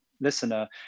listener